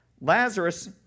lazarus